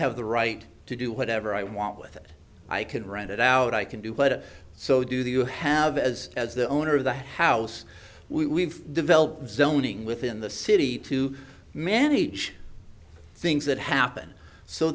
have the right to do whatever i want with it i can rent it out i can do but so do the you have as as the owner of the house we've developed zoning within the city to manage things that happen so